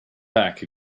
back